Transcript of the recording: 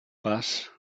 pas